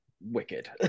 Wicked